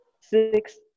six